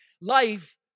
Life